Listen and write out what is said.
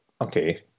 Okay